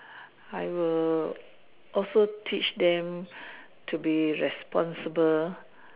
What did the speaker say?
I will also teach them to be responsible